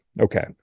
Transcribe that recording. Okay